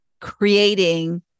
creating